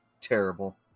terrible